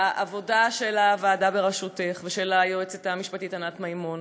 והעבודה של הוועדה בראשותך ושל היועצת המשפטית ענת מימון